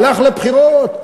הלך לבחירות.